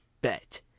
bet